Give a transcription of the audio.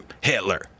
Hitler